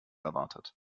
erwartet